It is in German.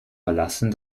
verlassen